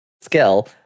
skill